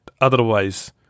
otherwise